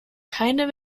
keine